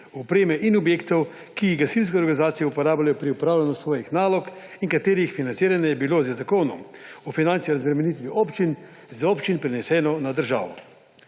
opreme in objektov, ki jih gasilske organizacije uporabljajo pri opravljanju svojih nalog in katerih financiranje je bilo z Zakonom o finančni razbremenitvi občin z občin preneseno na državo.